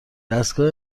دستگاه